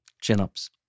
Chin-ups